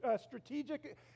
strategic